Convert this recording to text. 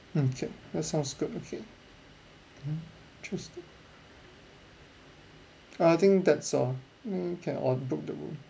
mm okay that sounds good okay interesting err I think that's all um okay I'll book the room